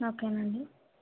okay అండి